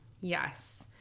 Yes